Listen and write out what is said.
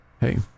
hey